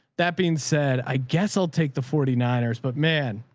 that being said, i guess i'll take the forty niners, but man,